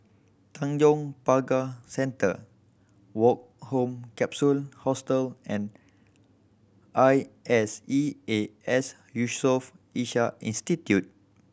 Tanjong Pagar Centre Woke Home Capsule Hostel and I S E A S Yusof Ishak Institute